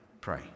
pray